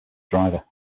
driver